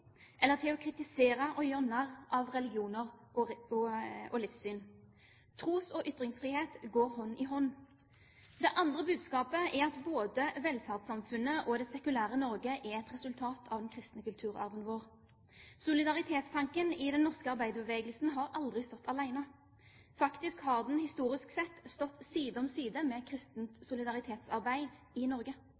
eller til å kritisere og gjøre narr av religioner og livssyn. Tros- og ytringsfrihet går hånd i hånd. Det andre budskapet er at både velferdssamfunnet og det sekulære Norge er et resultat av den kristne kulturarven vår. Solidaritetstanken i den norske arbeiderbevegelsen har aldri stått alene. Faktisk har den historisk sett stått side om side med kristent solidaritetsarbeid i Norge.